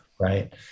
Right